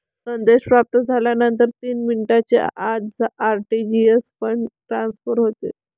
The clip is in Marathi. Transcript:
संदेश प्राप्त झाल्यानंतर तीस मिनिटांच्या आत आर.टी.जी.एस फंड ट्रान्सफर होते